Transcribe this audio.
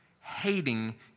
hating